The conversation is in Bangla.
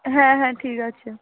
হ্যাঁ হ্যাঁ ঠিক আছে